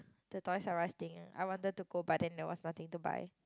the Toy-R-Us thing ah I wanted to go but then there was nothing to buy